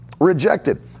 Rejected